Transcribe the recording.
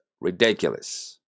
ridiculous